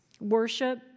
Worship